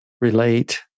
relate